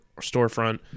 storefront